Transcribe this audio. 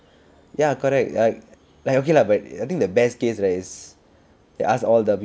ya correct like like okay lah but I think the best case right is they ask all the